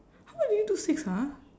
how did you do six ah